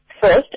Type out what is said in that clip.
first